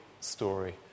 story